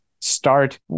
start